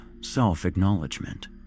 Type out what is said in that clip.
self-acknowledgement